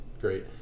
Great